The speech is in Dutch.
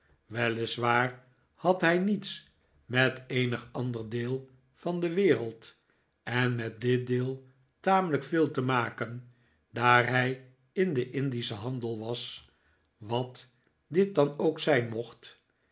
weliswaar had hij niets met eenig ander deel van de wereld en met dit deel tamelijk veel te maken daar hij in den indischen handel was wat dit dan ook zijn mocht